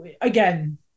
again